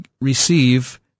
receive